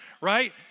right